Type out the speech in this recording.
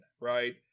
right